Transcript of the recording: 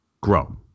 grow